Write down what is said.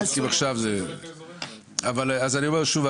אני אומר שוב,